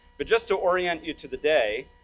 but, just to orient you to the day,